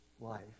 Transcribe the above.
life